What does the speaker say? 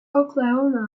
oklahoma